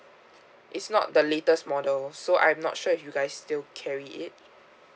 it's not the latest model so I'm not sure if you guys still carry it